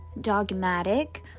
dogmatic